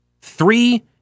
three